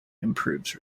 improves